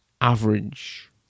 average